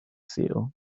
seal